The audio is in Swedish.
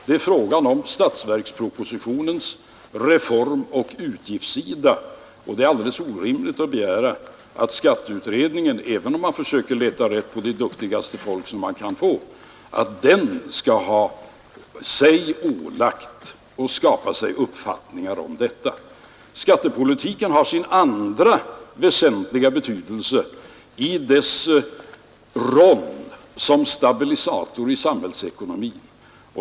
Det är fråga om statsverkspropositionens reformoch utgiftssida, och det är alldeles omöjligt att begära att skatteutredningen — även med det duktigaste folk som står att uppbringa — skall ha fått sig ålagt att bilda sig en uppfattning om dessa saker. Skattepolitiken har sin andra, väsentliga betydelse i dess roll som stabilisator i samhällsekonomin.